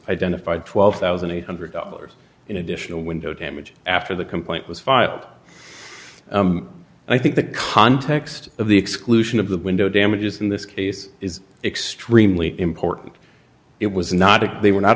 identified twelve thousand eight hundred dollars in additional window damage after the complaint was filed i think the context of the exclusion of the window damages in this case is extremely important it was not they were not